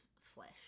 flesh